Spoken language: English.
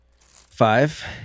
Five